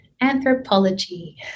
anthropology